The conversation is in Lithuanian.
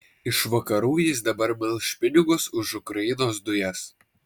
iš vakarų jis dabar melš pinigus už ukrainos dujas